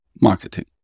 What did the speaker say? Marketing